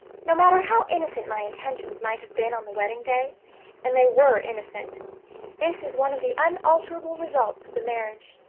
no matter how innocent my intentions might have been on the wedding-day and they were innocent this is one of the unalterable results of the marriage.